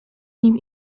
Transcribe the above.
nim